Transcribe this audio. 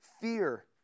Fear